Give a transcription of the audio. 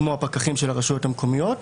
כמו הפקחים של הרשויות המקומיות.